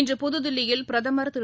இன்று புத்தில்லியில் பிரதம் திரு